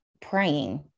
praying